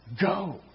Go